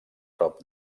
prop